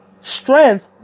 strength